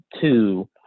two